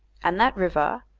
and that river,